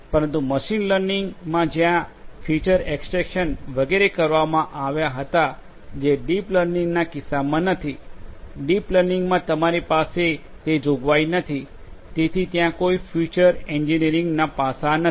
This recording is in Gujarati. પરંતુ મશીન લર્નિંગમાં જ્યાં ફીચર એક્સટ્રેકશન વગેરે કરવામાં આવ્યા હતા જે ડીપ લર્નિંગના કિસ્સામાં નથી ડીપ લર્નિંગમાં તમારી પાસે તે જોગવાઈ નથી તેથી ત્યાં કોઈ ફીચર એન્જિનિયરિંગના પાસાં નથી